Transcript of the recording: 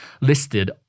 listed